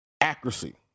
accuracy